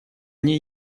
они